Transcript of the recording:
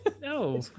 No